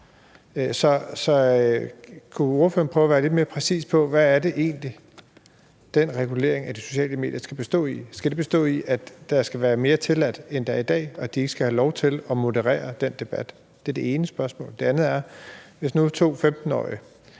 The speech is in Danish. Kunne ordføreren prøve at være lidt mere præcis med, hvad det egentlig er, den regulering af sociale medier skal bestå af, og skal det bestå af, at mere skal være tilladt, end det er i dag, og at de ikke skal have lov til at moderere den debat? Det er det ene spørgsmål. Den anden ting er, at hvis nu to 15-årige